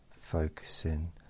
focusing